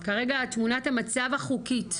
כרגע תמונת המצב החוקית,